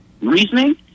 reasoning